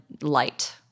light